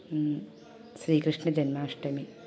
Sreekrishna Janmashtami